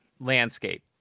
landscape